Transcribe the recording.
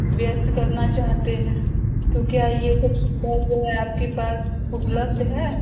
व्यस्त करना चाहते हैं क्योंकि आ यह सब सुविधा जो है आपके पास उपलब्ध है